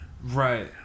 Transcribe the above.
Right